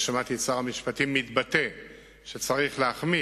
שמעתי את שר המשפטים אומר שצריך להחמיר,